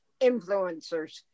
influencers